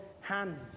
hands